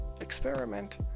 experiment